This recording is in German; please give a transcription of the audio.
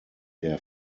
der